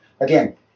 again